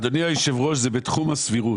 אדוני היושב ראש, זה בתחום הסבירות.